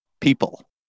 people